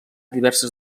diverses